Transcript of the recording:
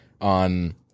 on